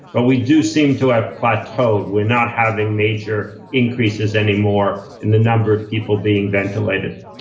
but we do seem to have plateaued. we're not have a major increases anymore in the number of people being ventilated.